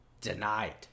denied